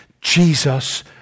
Jesus